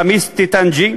חמיס טוטנג'י,